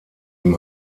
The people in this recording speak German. ihm